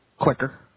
quicker